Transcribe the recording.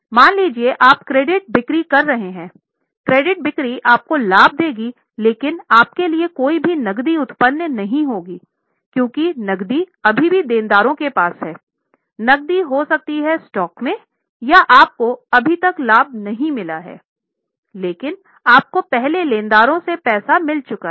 मान लीजिए आप क्रेडिट बिक्री कर रहे हैं क्रेडिट बिक्री आपको लाभ देगी लेकिन आपके लिए कोई भी नक़दी उत्पन्न नहीं होगी क्योंकि नक़दी अभी भी देनदारों के पास है नक़दी हो सकती है स्टॉक में या आपको अभी तक लाभ नहीं मिला है लेकिन आपको पहले लेनदारों से पैसा मिल चुका है